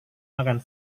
makan